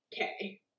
Okay